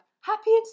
Happy